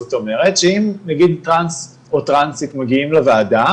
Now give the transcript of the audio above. זאת אומרת שאם נגיד טרנס או טרנסית מגיעים לוועדה